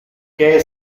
que